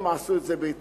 הם עשו את זה בהתנדבות,